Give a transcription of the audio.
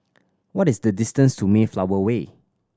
what is the distance to Mayflower Way